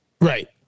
Right